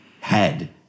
head